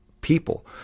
people